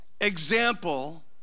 example